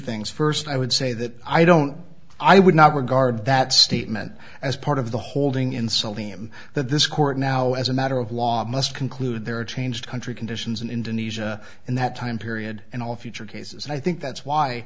things first i would say that i don't i would not regard that statement as part of the holding insulting him that this court now as a matter of law must conclude there a change country conditions in indonesia in that time period and all future cases and i think that's why